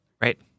Right